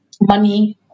money